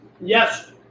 Yes